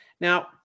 Now